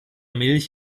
milch